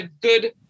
good